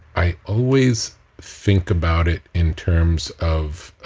i always think about it in terms of,